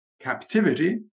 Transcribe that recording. captivity